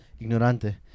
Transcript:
Ignorante